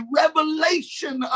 revelation